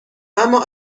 اما